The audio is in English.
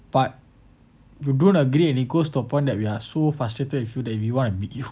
but you don't agree and it goes to a point that we are so frustrated we feel that if we wanna beat you